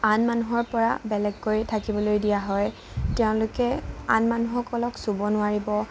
আন মানুহৰ পৰা বেলেগকৈ থাকিবলৈ দিয়া হয় তেওঁলোকে আন মানুহসকলক চুব নোৱাৰিব